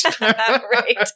Right